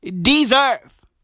deserve